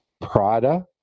Prada